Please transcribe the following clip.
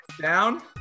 Down